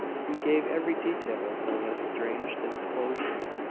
he gave every detail of mona's strange disclosure,